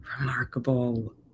Remarkable